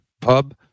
Pub